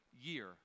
year